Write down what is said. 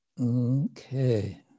Okay